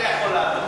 אני יכול לענות לך.